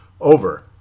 over